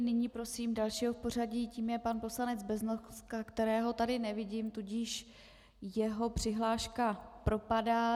Nyní prosím dalšího v pořadí, tím je pan poslanec Beznoska, kterého tady nevidím, tudíž jeho přihláška propadá.